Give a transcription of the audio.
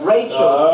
Rachel